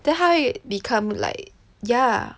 then how become like yah